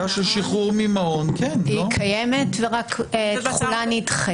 היא קיימת רק תחולה נדחית.